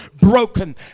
broken